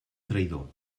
traïdor